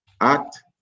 act